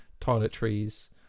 toiletries